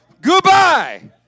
Goodbye